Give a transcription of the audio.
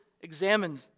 examined